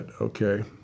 okay